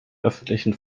öffentlichen